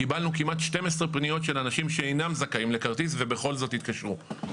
קיבלנו כמעט 12 פניות של אנשים שאינם זכאים לכרטיס ובכל זאת התקשרו.